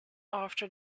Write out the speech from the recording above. after